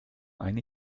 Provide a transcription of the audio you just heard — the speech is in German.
eine